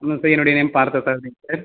sir என்னோடைய name பார்த்தசாரதிங் sir